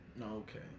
Okay